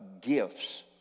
gifts